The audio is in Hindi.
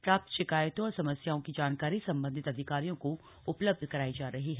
प्राप्त शिकायतों और समस्याओं की जानकारी संबंधित अधिकारियों को उपलब्ध कराई जा रही है